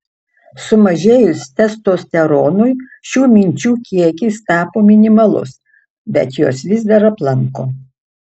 sumažėjus testosteronui šių minčių kiekis tapo minimalus bet jos vis dar aplanko